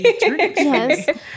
Yes